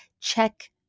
check